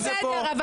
זה לא בסדר,